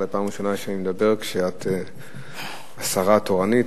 זו פעם ראשונה שאני מדבר כשאת השרה התורנית,